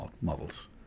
models